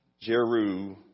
Jeru